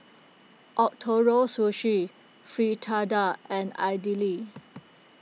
Ootoro Sushi Fritada and Idili